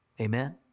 Amen